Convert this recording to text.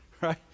Right